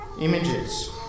images